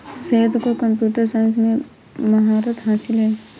सैयद को computer science में महारत हासिल है